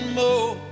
more